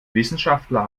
wissenschaftler